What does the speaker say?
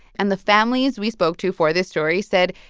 and the families we spoke to for this story said,